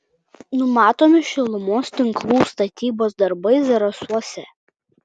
numatomi šilumos tinklų statybos darbai zarasuose